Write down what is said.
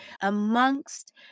amongst